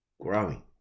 growing